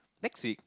next week